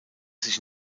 sich